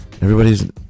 Everybody's